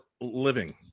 living